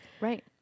Right